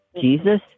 Jesus